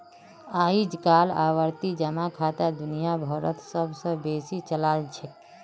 अइजकाल आवर्ती जमा खाता दुनिया भरोत सब स बेसी चलाल छेक